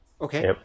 Okay